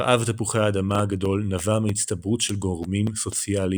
רעב תפוחי האדמה הגדול נבע מהצטברות של גורמים סוציאליים,